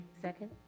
Second